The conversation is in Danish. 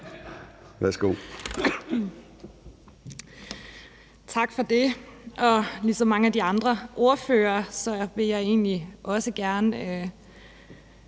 (LA): Tak for det. Ligesom mange af de andre ordførere vil jeg egentlig